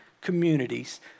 communities